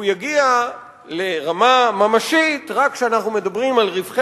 והוא יגיע לרמה ממשית רק כשאנחנו מדברים על רווחי